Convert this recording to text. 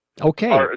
Okay